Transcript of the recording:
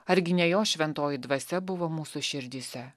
argi ne jo šventoji dvasia buvo mūsų širdyse